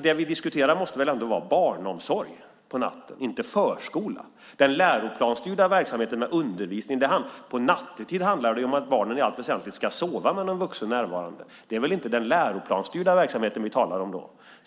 Det vi diskuterar måste väl ändå vara barnomsorg på natten, inte förskola, den läroplansstyrda verksamheten med undervisning. Nattetid handlar det om att barnen i allt väsentligt ska sova med någon vuxen närvarande. Det är väl inte den läroplansstyrda verksamheten vi talar om då.